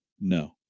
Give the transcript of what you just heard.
no